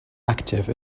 active